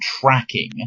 tracking